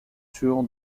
sur